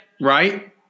right